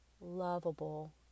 lovable